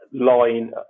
line